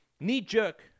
knee-jerk